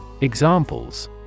Examples